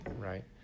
right